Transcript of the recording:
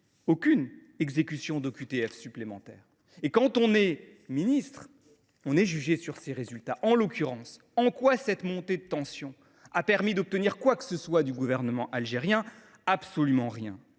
aucune exécution d’OQTF supplémentaire. Quand on est ministre, on est jugé sur ses résultats. En l’occurrence, cette montée des tensions a t elle permis d’obtenir quoi que ce soit de la part du gouvernement algérien ? Absolument rien